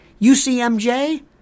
UCMJ